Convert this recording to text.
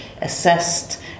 assessed